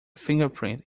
fingerprint